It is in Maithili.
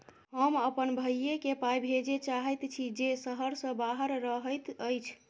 हम अप्पन भयई केँ पाई भेजे चाहइत छि जे सहर सँ बाहर रहइत अछि